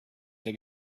der